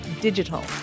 digital